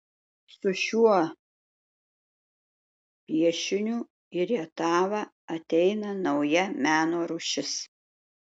su šiuo piešiniu į rietavą ateina nauja meno rūšis